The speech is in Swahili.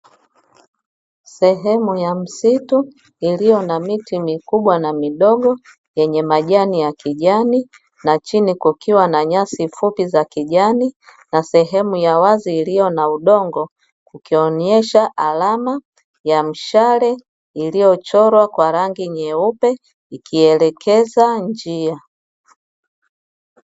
Sehemu ya msitu iliyo na miti mikubwa na midogo yenye majani ya kijani, na chini kukiwa na nyasi fupi za kijani na sehemu ya wazi iliyo na udongo ukionyesha alama ya mshale iliyochorwa kwa rangi nyeupe ikielekeza njia.